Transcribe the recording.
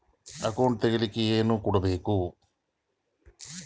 Account ತೆಗಿಲಿಕ್ಕೆ ಏನೇನು ಕೊಡಬೇಕು?